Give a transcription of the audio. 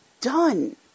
done